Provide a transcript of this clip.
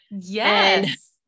Yes